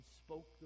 spoke